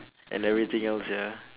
and everything else ya